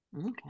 okay